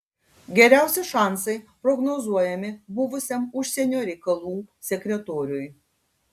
geriausi šansai prognozuojami buvusiam užsienio reikalų sekretoriui